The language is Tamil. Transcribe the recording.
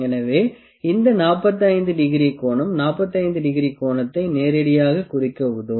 எனவே இந்த 45 டிகிரி கோணம் 45 டிகிரி கோணத்தை நேரடியாக குறிக்க உதவும்